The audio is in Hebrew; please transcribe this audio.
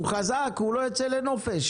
הוא חזק, הוא לא יוצא לנופש.